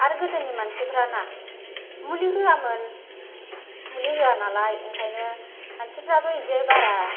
आरो गोदोनि मानसिफ्राना मुलि होआमोन मुलि होआनालाय ओंखायनो मानसिफ्राबो इदिहाय बारा